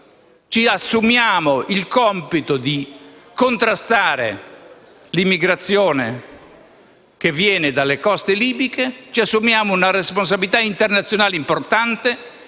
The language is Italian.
Ci assumiamo il compito di contrastare l'immigrazione che viene dalle coste libiche, ci assumiamo una responsabilità internazionale importante,